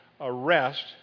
arrest